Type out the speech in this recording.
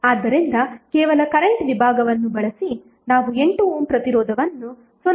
ಆದ್ದರಿಂದ ಕೇವಲ ಕರೆಂಟ್ ವಿಭಾಗವನ್ನು ಬಳಸಿ ನಾವು 8 ಓಮ್ ಪ್ರತಿರೋಧವನ್ನು 0